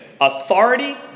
Authority